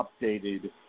updated